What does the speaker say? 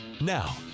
Now